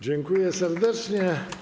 Dziękuję serdecznie.